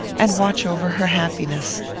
and watch over her happiness.